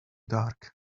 dark